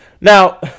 Now